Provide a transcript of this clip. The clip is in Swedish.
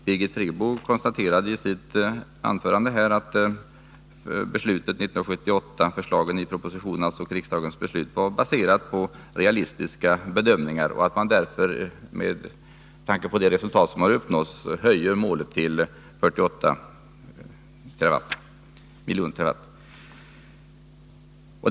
Birgit Friggebo konstaterade i sitt anförande här att beslutet 1978 var baserat på realistiska bedömningar och att man därför med tanke på det resultat som uppnåtts kan höja målet till 48 TWh.